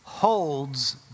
Holds